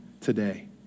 today